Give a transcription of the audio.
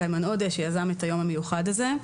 תודה גם לחבר הכנסת איימן עודה שיזם את היום המיוחד הזה.